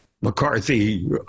McCarthy